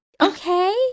Okay